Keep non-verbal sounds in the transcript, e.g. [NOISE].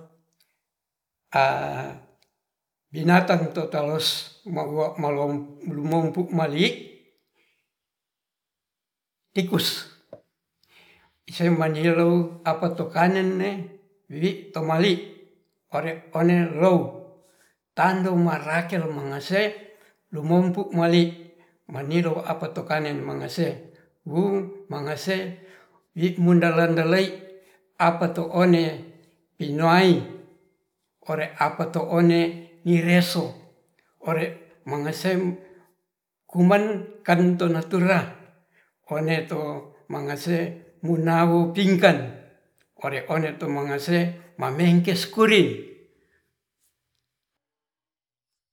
[HESITATION] binatang tu'tolus mohuo molou rumompu mali tikus [NOISE] semanilow apato kanen nee wii towali ore onerou tande marakel mengese rumompu mali manilo apato kanen mangese wung mangase wimundalen delei apato one pinoai ore apato one mireso ore mengesem kumankan tunatura one to mangase munau pingkan ore oden tomangasemameingengkes kurir. [NOISE]